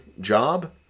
job